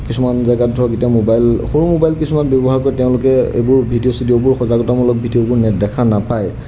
কিছুমান জেগাত ধৰক এতিয়া মোবাইল সৰু মোবাইল কিছুমান ব্যৱহাৰ কৰে তেওঁলোকে এইবোৰ ভিডিঅ' চিডিঅ'বোৰ সজাগতামূলক ভিডিঅ'বোৰ নেট দেখা নাপায়